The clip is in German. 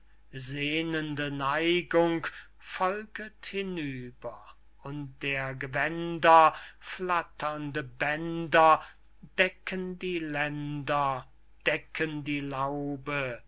sehnende neigung folget hinüber und der gewänder flatternde bänder decken die länder decken die laube